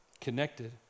connected